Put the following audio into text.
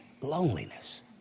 loneliness